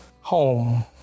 home